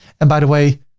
and by the way,